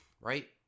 Right